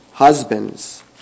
husbands